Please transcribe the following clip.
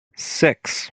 six